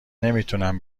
نمیتونم